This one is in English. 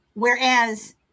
Whereas